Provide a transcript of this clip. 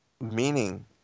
meaning